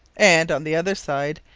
and, on the other side,